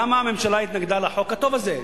למה הממשלה התנגדה לחוק הטוב הזה.